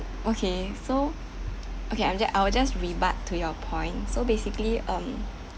okay so okay I'm ju~ I will just rebut to your point so basically um